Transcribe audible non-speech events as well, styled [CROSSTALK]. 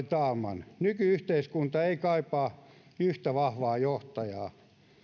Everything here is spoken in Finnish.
[UNINTELLIGIBLE] talman nyky yhteiskunta ei kaipaa yhtä vahvaa johtajaa